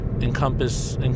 encompass